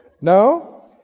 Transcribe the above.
No